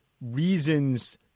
reasons